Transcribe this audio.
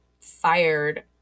fired